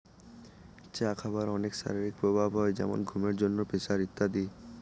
চা খাবার অনেক শারীরিক প্রভাব হয় যেমন ঘুমের জন্য, প্রেসার ইত্যাদি